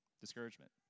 discouragement